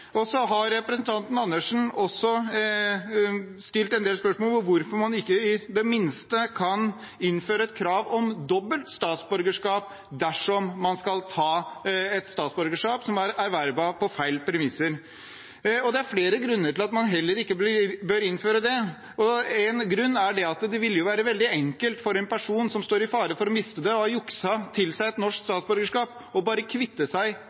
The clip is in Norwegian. Representanten Andersen har også stilt en del spørsmål ved hvorfor man ikke i det minste kan innføre et krav om dobbelt statsborgerskap, dersom man skal ta et statsborgerskap som er ervervet på feil premisser. Det er flere grunner til at man heller ikke bør innføre det. En grunn er at det ville være veldig enkelt for en person som står i fare for å miste det, og har jukset til seg et norsk statsborgerskap, bare å kvitte seg